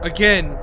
Again